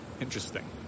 Interesting